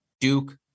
Duke